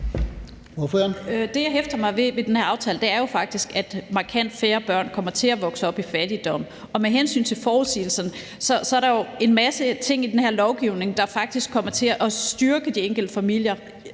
aftale, er faktisk, at markant færre børn kommer til at vokse op i fattigdom. Og med hensyn til forudsigelserne er der jo en masse ting i den her lovgivning, der faktisk kommer til at styrke de enkelte familier.